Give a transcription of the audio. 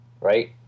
Right